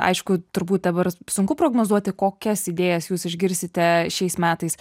aišku turbūt dabar sunku prognozuoti kokias idėjas jūs išgirsite šiais metais